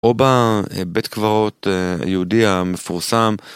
או בבית קברות היהודי המפורסם.